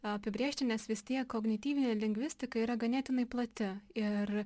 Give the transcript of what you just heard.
apibrėžti nes vis tiek kognityvinė lingvistika yra ganėtinai plati ir